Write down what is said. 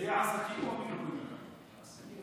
זה העסקים או, עסקים.